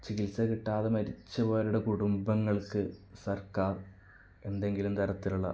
ചികിത്സ കിട്ടാതെ മരിച്ച് പോയവരുടെ കുടുംബങ്ങൾക്ക് സർക്കാർ എന്തെങ്കിലും തരത്തിലുള്ള